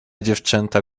dziewczęta